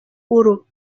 برو